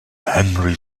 angry